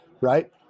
right